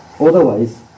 Otherwise